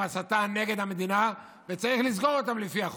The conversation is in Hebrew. הסתה נגד המדינה וצריך לסגור אותם לפי החוק,